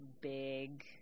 big